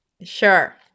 sure